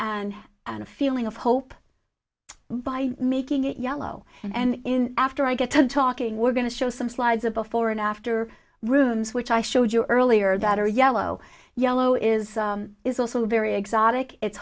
and and a feeling of hope by making it yellow and after i get to talking we're going to show some slides a before and after rooms which i showed you earlier that are yellow yellow is is also very exotic it's